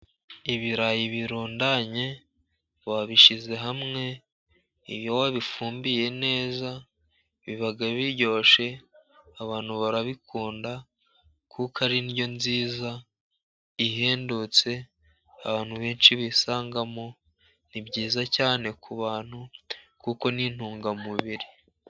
Ibirayi birundanye babishyize hamwe. Iyo wabifumbiye neza, biba biryoshye, abantu barabikunda kuko ari indyo nziza ihendutse, abantu benshi bisangamo, ni byiza cyane ku bantu kuko ni intungamubiri.